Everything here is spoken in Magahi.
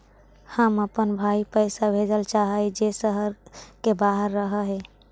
हम अपन भाई पैसा भेजल चाह हीं जे शहर के बाहर रह हे